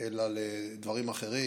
אלא לדברים אחרים,